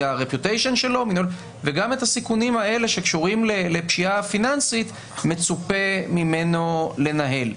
וגם את הסיכונים האלה שקשורים לפשיעה פיננסית מצופה ממנו לנהל.